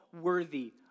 worthy